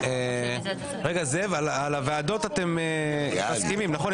זאב, על הוועדות אתם מסכימים, נכון?